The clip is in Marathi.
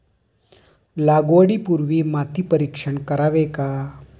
लागवडी पूर्वी माती परीक्षण करावे का?